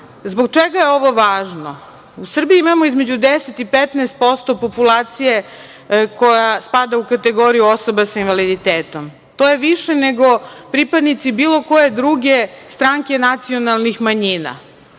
taj. Zbog čega je ovo važno? U Srbiji imamo između 10 i 15% populacije koja spada u kategoriju osoba sa invaliditetom. To je više nego pripadnici bilo koje druge stranke nacionalnih manjina.